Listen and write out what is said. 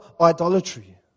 idolatry